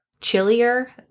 chillier